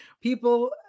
people